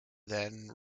then